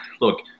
look